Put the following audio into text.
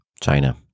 China